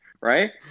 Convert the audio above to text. right